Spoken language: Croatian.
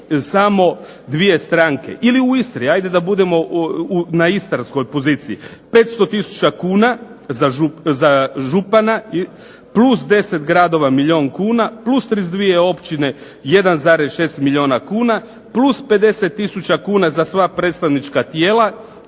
samo dvije stranke. Ili u Istri, hajde da budemo na istarskoj poziciji. 500000 kuna za župana plus 10 gradova milijun kuna plus 32 općine 1,6 milijuna kuna plus 50000 kuna za sva predstavnička tijela